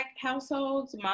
households